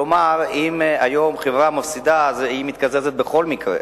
כלומר, אם היום חברה מפסידה, היא מתקזזת בכל מקרה.